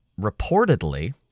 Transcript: reportedly